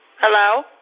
hello